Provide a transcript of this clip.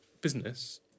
business